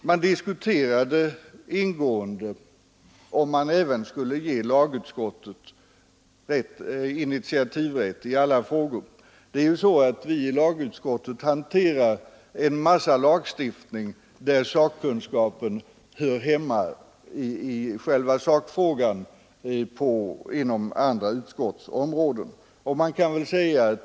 Man diskuterade ingående, om man även skulle ge lagutskottet initiativrätt i alla frågor. Det är ju så, att vi i lagutskottet hanterar en mängd lagstiftning, där sakkunskapen i själva sakfrågan hör hemma inom andra utskottsområden.